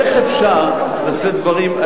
איך אפשר לשאת דברים,